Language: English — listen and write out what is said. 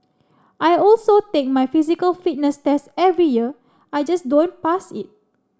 I also take my physical fitness test every year I just don't pass it